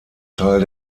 teil